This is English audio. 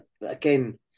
Again